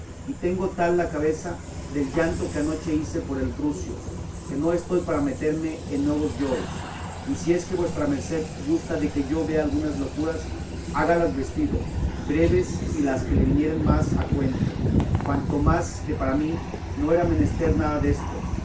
y tengo tal la cabeza del llanto que anoche hice por el rucio que no estoy para meterme en nuevos lloros y si es que vuestra merced gusta de que yo vea algunas locuras hágalas vestido breves y las que le vinieren más a cuento cuanto más que para mí no era menester nada deso